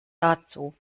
dazu